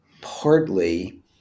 partly